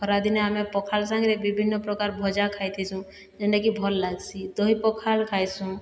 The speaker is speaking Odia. ଖରା ଦିନେ ଆମେ ପଖାଲ୍ ସାଙ୍ଗରେ ବିଭିନ୍ନ ପ୍ରକାର ଭଜା ଖାଇଥିସୁଁ ଯେନ୍ଟାକି ଭଲ୍ ଲାଗ୍ସି ଦହି ପଖାଲ୍ ଖାଇସୁଁ